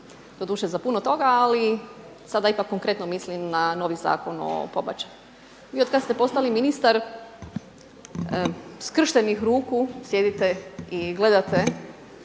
Doduše za puno toga, ali sada ipak konkretno mislim na novi Zakon o pobačaju. Vi od kad ste postali ministar skrštenih ruku sjedite i gledate